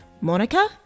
Monica